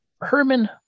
Herman